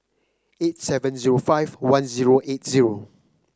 eight seven zero five one zero eight zero